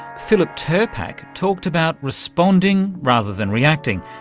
philip tirpak talked about responding rather than reacting,